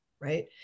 right